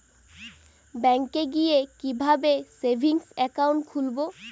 ব্যাঙ্কে গিয়ে কিভাবে সেভিংস একাউন্ট খুলব?